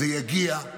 זה יגיע.